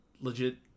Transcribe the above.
legit